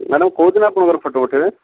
madam କୋଉଦିନ ଆପଣଙ୍କର photo ଉଠେଇବେ